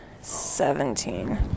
Seventeen